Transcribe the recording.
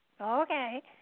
Okay